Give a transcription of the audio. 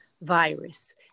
virus